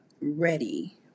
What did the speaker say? ready